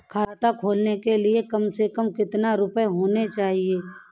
खाता खोलने के लिए कम से कम कितना रूपए होने चाहिए?